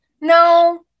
no